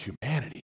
humanity